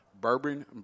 Bourbon